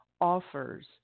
offers